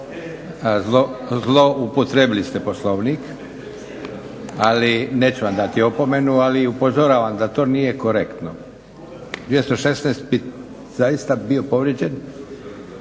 Zloupotrijebili ste Poslovnik, ali neću vam dati opomenu, ali upozoravam da to nije korektno. 216. bi zaista bio povrijeđen